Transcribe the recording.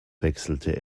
wechselte